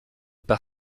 par